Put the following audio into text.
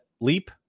leap